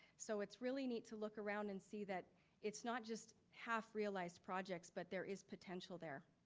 so it's really neat to look around and see that it's not just half realized projects, but there is potential there.